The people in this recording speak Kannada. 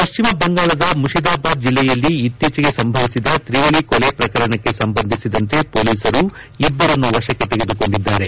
ಪಶ್ಚಿಮ ಬಂಗಾಳದ ಮುಷಿದಾಬಾದ್ ಜೆಲ್ಲೆಯಲ್ಲಿ ಇತ್ತಿಚೆಗೆ ಸಂಭವಿಸಿದ ತ್ರಿವಳಿ ಕೊಲೆ ಪ್ರಕರಣಕ್ಕೆ ಸಂಬಂಧಿಸಿದಂತೆ ಪೊಲೀಸರು ಇಬ್ಬರನ್ನು ವಶಕ್ಕೆ ತೆಗೆದುಕೊಂಡಿದ್ದಾರೆ